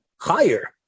higher